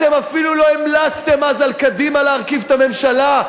אתם אפילו לא המלצתם אז על קדימה להרכיב את הממשלה.